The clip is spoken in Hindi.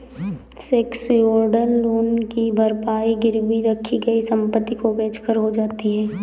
सेक्योर्ड लोन की भरपाई गिरवी रखी गई संपत्ति को बेचकर हो जाती है